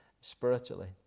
spiritually